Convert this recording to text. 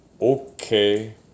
Okay